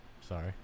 Sorry